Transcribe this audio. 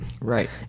Right